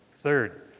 Third